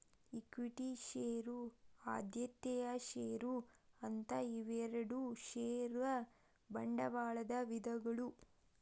equity share ಆದ್ಯತೆಯ share ಅಂತ ಇವೆರಡು ಷೇರ ಬಂಡವಾಳದ ವಿಧಗಳು